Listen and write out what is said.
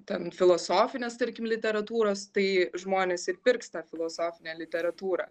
ten filosofinės tarkim literatūros tai žmonės ir pirks tą filosofinę literatūrą